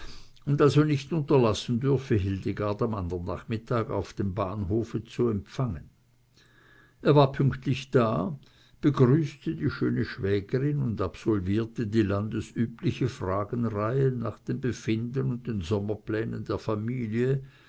und also nicht unterlassen dürfe hildegard am anderen nachmittag auf dem bahnhofe zu empfangen er war pünktlich da begrüßte die schöne schwägerin und absolvierte die landesübliche fragenreihe nach dem befinden und den sommerplänen der familie